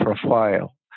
profile